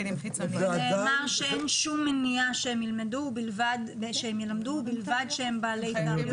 נאמר שאין שום מניעה שהם ילמדו ובלבד בלי תו ירוק.